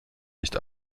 nicht